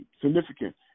significant